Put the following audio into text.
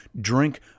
drink